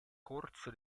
corso